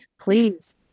please